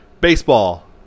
baseball